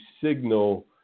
signal